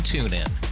TuneIn